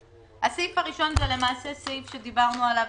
הסעיף הראשון הוא למעשה סעיף שדיברנו עליו,